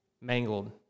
Mangled